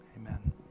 Amen